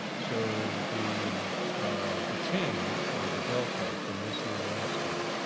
so, the um the change or the delta from this year to next year,